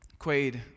Quaid